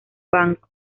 banco